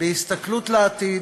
בהסתכלות לעתיד,